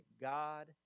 God